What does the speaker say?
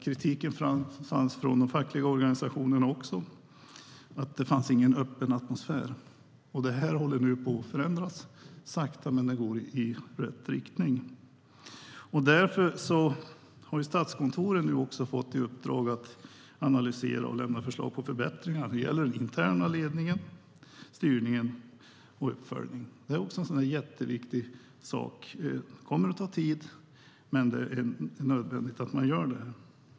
Kritiken fanns, även från de olika fackliga organisationerna, att det inte fanns någon öppen atmosfär. Det här håller nu på att förändras. Det går sakta, men det går i rätt riktning. Därför har Statskontoret fått i uppdrag att analysera och lämna förslag på förbättringar. Det gäller den interna ledningen, styrningen och uppföljningen. Det är också en jätteviktig sak. Det kommer att ta tid, men det är nödvändigt att man gör det.